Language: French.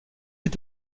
est